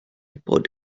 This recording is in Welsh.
bod